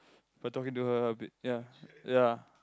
by talking to her a bit ya ya